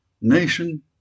nation